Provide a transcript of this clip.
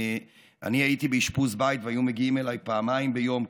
הייתי באשפוז בית והיו מגיעים אליי פעמיים ביום,